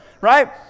right